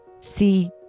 see